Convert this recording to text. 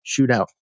shootout